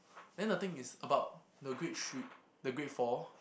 then the thing is about the grade three the grade four